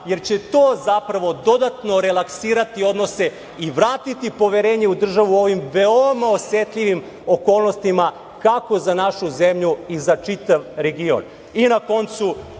jer će to zapravo dodatno relaksirati odnose i vratiti poverenje u državu u ovim veoma osetljivim okolnostima kako za našu zemlju i za čitav region. Na koncu,